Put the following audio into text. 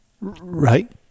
Right